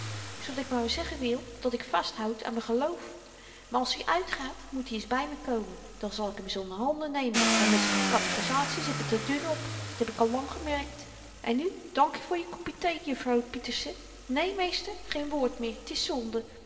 zoodat ik maar zeggen wil dat ik vasthoud aan m'n geloof maar als i uitgaat moet i ns by me komen dan zal ik hem eens onder handen nemen want met z'n kathechizatie zit het er dun op dat heb ik al lang gemerkt en nu dankje voor je koppie thee juffrouw pieterse né meester geen woord meer t is zonde